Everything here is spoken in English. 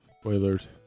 Spoilers